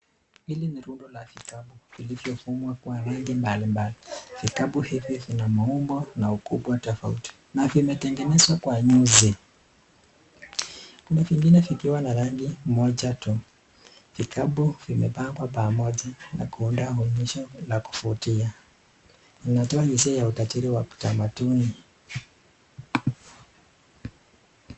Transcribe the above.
Hili ni rundo la vikapu vilivyo fungwa kwa rangi mbalimbali. Vikapu hivi vina maumbo na urefu tofauti na vimetengenezwa kwa nyuzi. Kuna vingine vikiwa na rangi moja tu. Vikapu vimepangwa kwa pamoja na kuunda onyesho la kuvutia, inatoa hisia ya utajiri wa kitamaduni.